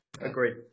Agreed